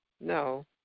no